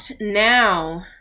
now